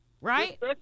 right